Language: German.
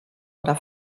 oder